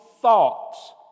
thoughts